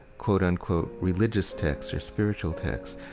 quote-unquote, religious texts, or spiritual texts.